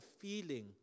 feeling